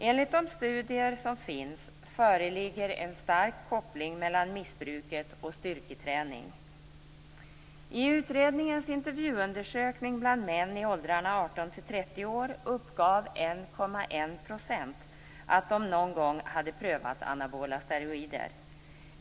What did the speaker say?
Enligt de studier som finns föreligger en stark koppling mellan missbruket och styrketräning. I utredningens intervjuundersökning bland män i åldrarna 18-30 år uppgav 1,1 % att de någon gång hade prövat anabola steroider.